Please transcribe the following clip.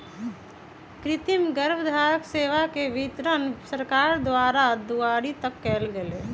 कृतिम गर्भधारण सेवा के वितरण सरकार द्वारा दुआरी तक कएल गेल